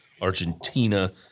Argentina